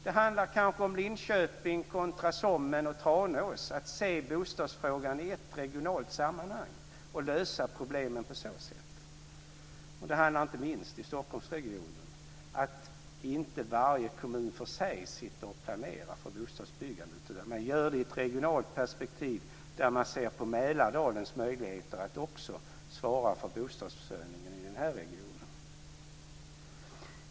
Det handlar kanske om Linköping kontra Sommen och Tranås, att se bostadsfrågan i ett regionalt sammanhang och lösa problemen på så sätt. Det handlar inte minst om Stockholmsregionen, att inte varje kommun för sig sitter och planerar för bostadsbyggandet utan man gör det i ett regionalt perspektiv, där man ser på Mälardalens möjligheter att också svara för bostadsförsörjningen i den här regionen.